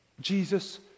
Jesus